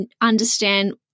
understand